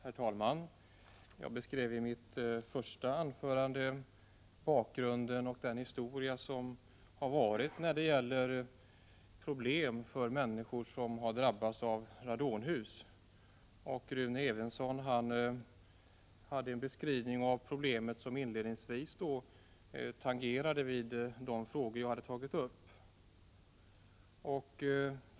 Herr talman! Jag beskrev i mitt första inlägg de problem som människor har drabbats av i radonhus. Rune Evensson beskrev inledningsvis problem som tangerade de frågor som jag tog upp.